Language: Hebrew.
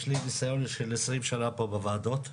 יש לי ניסיון של 20 שנה פה בוועדות.